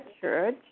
church